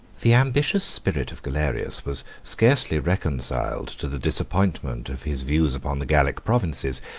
the ambitious spirit of galerius was scarcely reconciled to the disappointment of his views upon the gallic provinces,